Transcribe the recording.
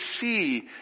see